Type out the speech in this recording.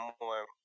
more